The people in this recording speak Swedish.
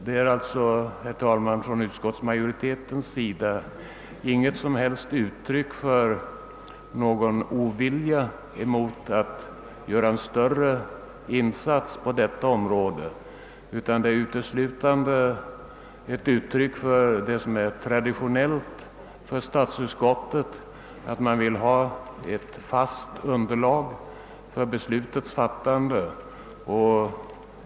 Utskottsmajoritetens avstyrkande innebär alltså inget som helst uttryck för någon ovilja mot att göra en större insats på detta område utan uteslutande ett uttryck för vad som är traditionellt för statsutskottet. Utskottet vill ha ett fast underlag för beslutets fattande.